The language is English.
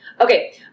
Okay